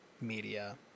media